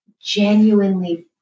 genuinely